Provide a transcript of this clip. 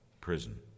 prison